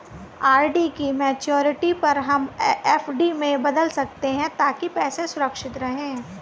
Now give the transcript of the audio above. RD की maturity पर हम एफ.डी में बदल सकते है ताकि पैसे सुरक्षित रहें